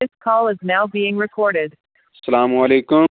السلام علیکُم